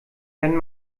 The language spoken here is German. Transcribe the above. wenn